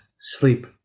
sleep